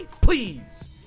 Please